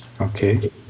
Okay